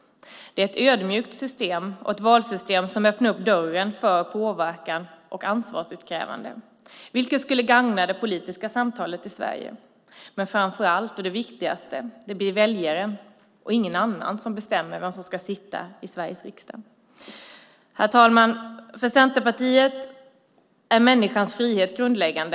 Det är ett ödmjukt system och ett valsystem som öppnar dörren för påverkan och ansvarsutkrävande, vilket skulle gagna det politiska samtalet i Sverige. Men framför allt, och det viktigaste: Det blir väljaren och ingen annan som bestämmer vem som ska sitta i Sveriges riksdag. Herr talman! För Centerpartiet är människans frihet grundläggande.